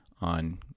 On